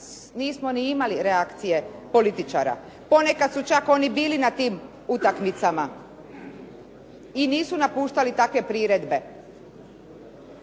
nismo ni imali reakcije političara. Ponekad su čak oni bili na tim utakmicama i nisu napuštali takve priredbe.